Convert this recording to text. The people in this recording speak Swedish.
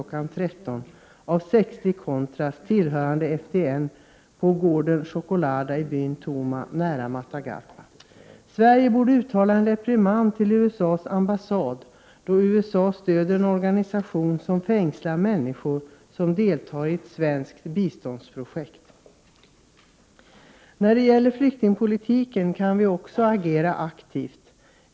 13.00 av 60 contras tillhörande FDN på Garden Chokolada i byn Tuma nära Matagalpa. Sverige borde uttala en reprimand till USA:s ambassad, då USA stöder en organisation som fängslar människor vilka deltar i ett svenskt biståndsprojekt. Vad gäller flyktingpolitiken kan vi också agera aktivt.